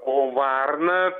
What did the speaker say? o varna